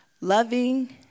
loving